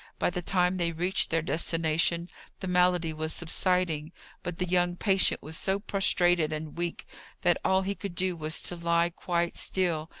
by the time they reached their destination the malady was subsiding but the young patient was so prostrated and weak that all he could do was to lie quite still,